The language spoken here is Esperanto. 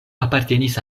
apartenis